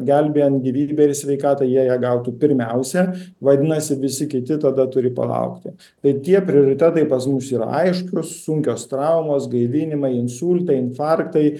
gelbėjant gyvybę ir sveikatą jie ją gautų pirmiausia vadinasi visi kiti tada turi palaukti bet tie prioritetai pas mus yra aiškūs sunkios traumos gaivinimai insultai infarktai